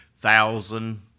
thousand